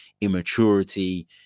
immaturity